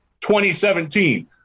2017